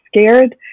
scared